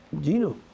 Gino